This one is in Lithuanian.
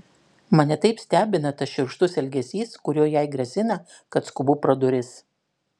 mane taip stebina tas šiurkštus elgesys kuriuo jai grasina kad skubu pro duris